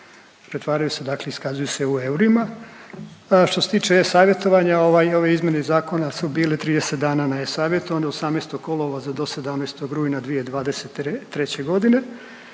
pretvaraju se dakle iskazuju se u eurima, a što se tiče e-savjetovanja ovaj ove izmjene zakona su bile 30 dana na e-savjetovanju od 18. kolovoza do 17. rujna 2023. godine.